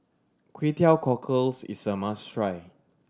Kway Teow Cockles is a must try